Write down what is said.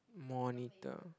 monitor